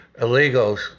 illegals